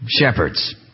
Shepherds